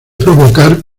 provocar